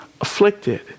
afflicted